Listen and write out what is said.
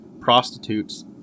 prostitutes